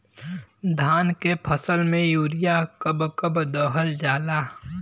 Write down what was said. धान के फसल में यूरिया कब कब दहल जाला?